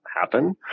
Happen